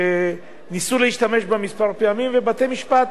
שניסו להשתמש בה כמה פעמים, ובתי-המשפט,